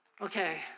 Okay